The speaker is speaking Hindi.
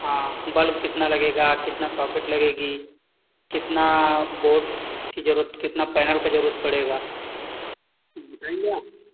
हाँ बल्ब कितना लगेगा कितना सॉकेट लगेगी कितना बोर्ड की जरूरत कितना पैनल का जरूरत पड़ेगा कुछ बताएँगे आप